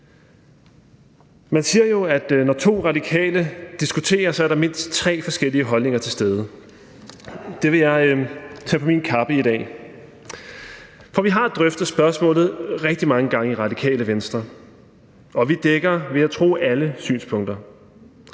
Man siger jo, at når to radikale diskuterer, er der mindst tre forskellige holdninger til stede. Det vil jeg tage på min kappe i dag, for vi har drøftet spørgsmålet rigtig mange gange i Radikale Venstre, og vi dækker, vil jeg tro, alle synspunkter.